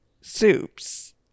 soups